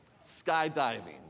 skydiving